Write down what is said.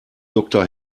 doktor